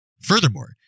Furthermore